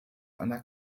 einer